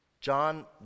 John